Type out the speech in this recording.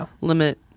limit